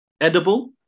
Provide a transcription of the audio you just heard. edible